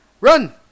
Run